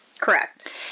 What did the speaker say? correct